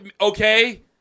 Okay